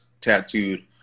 tattooed